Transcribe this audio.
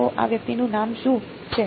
તો આ વ્યક્તિનું નામ શું છે